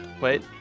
Wait